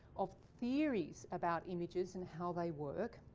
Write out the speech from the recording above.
of theories about images and how they work,